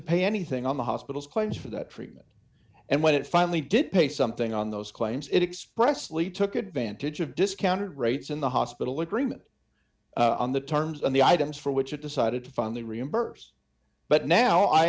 pay anything on the hospital's claims for that treatment and when it finally did pay something on those claims it expressly took advantage of discounted rates in the hospital agreement on the terms and the items for which it decided to fund the reimburse but now i